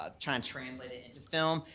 ah try and translate it into film.